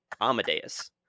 Amadeus